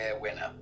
winner